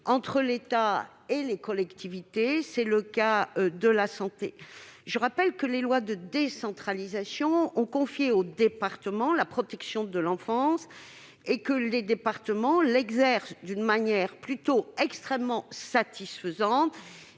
entre l'État et les collectivités ; c'est le cas de la santé. Je rappelle que les lois de décentralisation ont confié aux départements la protection de l'enfance et que les départements exercent cette compétence d'une manière extrêmement satisfaisante.